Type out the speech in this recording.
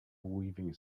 weaving